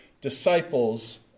disciples